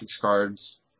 cards